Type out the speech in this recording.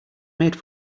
made